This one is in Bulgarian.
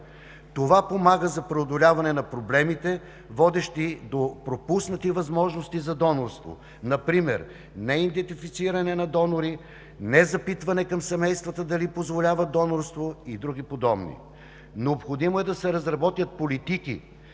Това помага за преодоляване на проблемите, водещи до пропуснати възможности за донорство – например неидентифициране на донори, незапитване към семействата дали позволяват донорство и други подобни. Необходимо е да се разработят политики,